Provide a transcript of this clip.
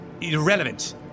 Irrelevant